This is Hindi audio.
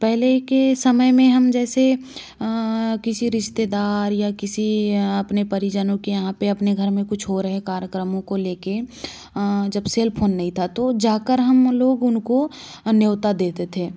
पहले के समय में हम जैसे किसी रिश्तेदार या किसी अपने परिजनों के यहाँ पे अपने घर में कुछ हो रहे कार्यक्रमों को ले के जब सेल फोन नहीं था तो जा कर हम लोग उनको न्योता देते थे